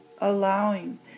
allowing